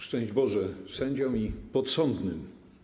Szczęść Boże! - sędziom i podsądnym.